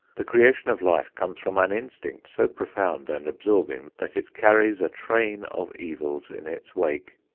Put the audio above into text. the creation of life comes from an instinct so profound and absorbing that it carries a train of evils in its wake.